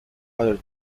other